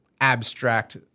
abstract